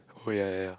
oh ya ya ya